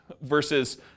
Versus